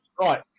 Right